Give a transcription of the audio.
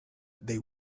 they